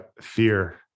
fear